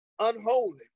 Unholy